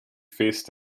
feest